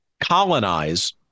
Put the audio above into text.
colonize